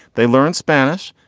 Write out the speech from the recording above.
they learn spanish.